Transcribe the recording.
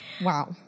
Wow